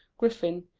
griffin,